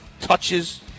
touches